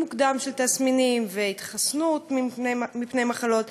מוקדם של תסמינים והתחסנות מפני מחלות,